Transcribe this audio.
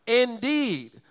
indeed